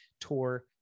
tour